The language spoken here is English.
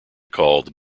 called